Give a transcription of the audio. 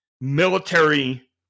military